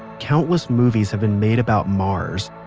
countless movies have been made about mars,